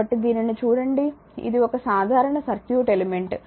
కాబట్టి దీనిని చూడండి ఇది ఒక సాధారణ సర్క్యూట్ ఎలిమెంట్